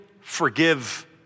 forgive